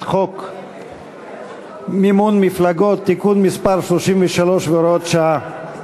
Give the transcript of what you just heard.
חוק מימון מפלגות (תיקון מס' 33 והוראת שעה),